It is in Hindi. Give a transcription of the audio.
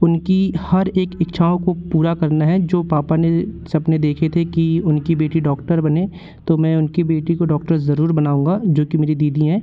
उनकी हर एक इच्छाओं को पूरा करना है जो पापा ने सपने देखे थे कि उनकी बेटी डॉक्टर बने तो मैं उनकी बेटी को डॉक्टर ज़रूर बनाऊँगा जो कि मेरी दीदी हैं